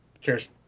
Cheers